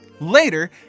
Later